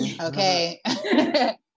okay